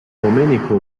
domenico